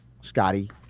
scotty